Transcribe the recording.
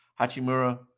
Hachimura